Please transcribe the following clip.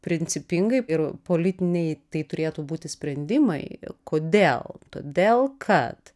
principingai ir politiniai tai turėtų būti sprendimai kodėl todėl kad